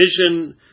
vision